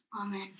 Amen